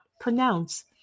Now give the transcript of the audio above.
pronounce